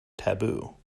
taboo